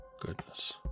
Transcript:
Goodness